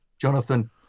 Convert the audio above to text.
Jonathan